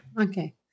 okay